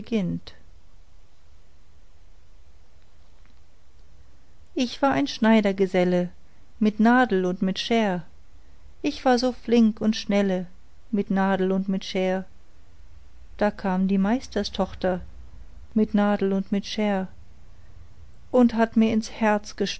ich war ein schneidergeselle mit nadel und mit scher ich war so flink und schnelle mit nadel und mit scher da kam die meisterstochter mit nadel und mit scher und hat mir ins herz